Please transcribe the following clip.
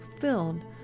filled